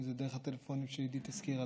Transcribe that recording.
אם זה דרך הטלפונים שעידית הזכירה,